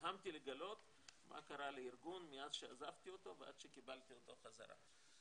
נדהמתי לגלות מה קרה לארגון מאז שעזבתי אותו ועד שקיבלתי אותו חזרה.